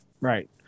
right